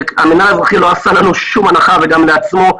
המינהל האזרחי לא עשה לנו שום הנחה וגם לעצמו,